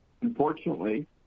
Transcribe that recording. Unfortunately